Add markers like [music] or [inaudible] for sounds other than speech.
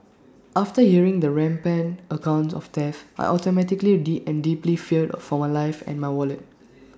[noise] after hearing the rampant accounts of theft I automatically deep and deeply feared for my life and my wallet